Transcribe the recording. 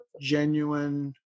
genuine